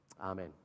Amen